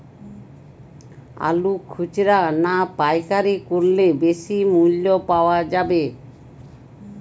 আলু খুচরা না পাইকারি করলে বেশি মূল্য পাওয়া যাবে?